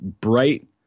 bright